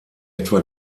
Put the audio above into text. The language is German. etwa